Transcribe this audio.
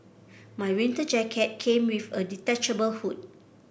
my winter jacket came with a detachable hood